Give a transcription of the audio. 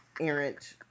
errant